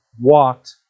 walked